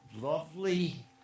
Lovely